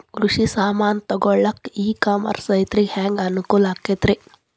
ಕೃಷಿ ಸಾಮಾನ್ ತಗೊಳಕ್ಕ ಇ ಕಾಮರ್ಸ್ ರೈತರಿಗೆ ಹ್ಯಾಂಗ್ ಅನುಕೂಲ ಆಕ್ಕೈತ್ರಿ?